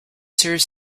serve